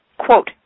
Quote